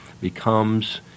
becomes